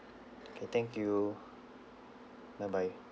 okay thank you bye bye